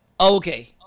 okay